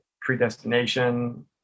predestination